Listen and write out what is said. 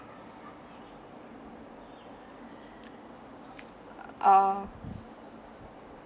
oh